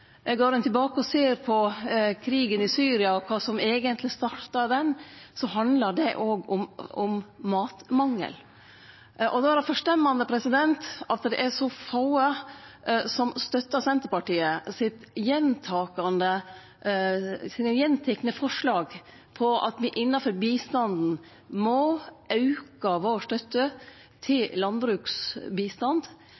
Går ein tilbake og ser på krigen i Syria og kva som eigentleg starta han, handla det òg om matmangel. Då er det forstemmande at det er så få som støttar Senterpartiet sine gjentekne forslag om at me innanfor bistanden må